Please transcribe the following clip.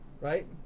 right